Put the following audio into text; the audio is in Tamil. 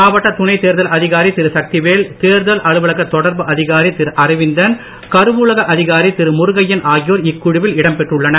மாவட்ட துணை தேர்தல் அதிகாரி திரு சக்தி வேல் தேர்தல் அலுவலக தொடர்பு அதிகாரி திரு அரவிந்தன் கரூல அதிகாரி திரு முருகையன் ஆகியோர் இக்குழுவில் பெற்றுள்ளனர்